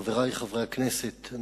חברי חברי הכנסת,